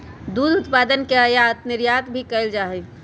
दुध उत्पादन के आयात निर्यात भी कइल जा हई